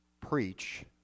preach